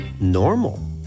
normal